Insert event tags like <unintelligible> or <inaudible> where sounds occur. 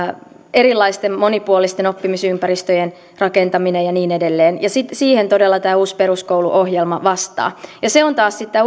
erilaisten monipuolisten oppimisympäristöjen rakentaminen ja niin edelleen ja siihen todella tämä uusi peruskouluohjelma vastaa tämä uusi peruskouluohjelma on taas sitten <unintelligible>